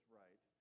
right